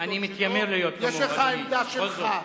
יש לו עמדות שלו, יש לך עמדה שלך.